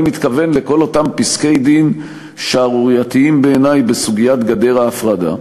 אני מתכוון לכל אותם פסקי-דין שערורייתיים בעיני בסוגיית גדר ההפרדה,